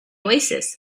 oasis